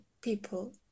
people